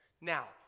Now